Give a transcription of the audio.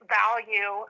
value